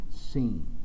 seen